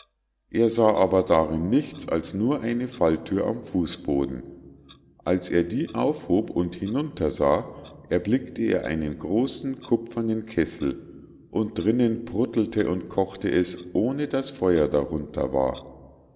er sah aber darin nichts als nur eine fallthür am fußboden als er die aufhob und hinuntersah erblickte er einen großen kupfernen kessel und drinnen pruttelte und kochte es ohne daß feuer darunter war